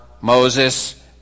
Moses